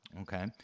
Okay